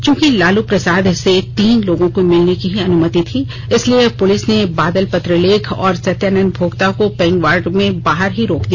चूंकि लालू प्रसाद से तीन लोगों को मिलने की ही अनुमति थी इसलिए पुलिस ने बादल पत्रलेख और सत्यानंद भोक्ता को पेईग वार्ड से बाहर ही रोक दिया